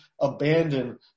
abandon